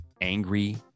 angry